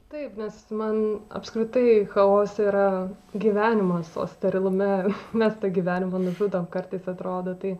taip nes man apskritai chaose yra gyvenimas o sterilume mes tą gyvenimą nužudom kartais atrodo tai